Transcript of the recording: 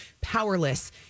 powerless